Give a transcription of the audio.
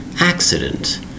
Accident